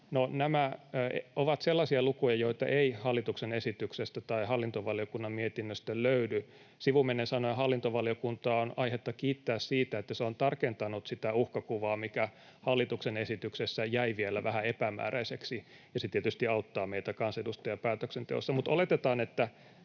nämä ovat sellaisia lukuja, joita ei hallituksen esityksestä tai hallintovaliokunnan mietinnöstä löydy. Sivumennen sanoen hallintovaliokuntaa on aihetta kiittää siitä, että se on tarkentanut sitä uhkakuvaa, mikä hallituksen esityksessä jäi vielä vähän epämääräiseksi, ja se tietysti auttaa meitä kansanedustajia päätöksenteossa.